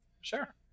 Sure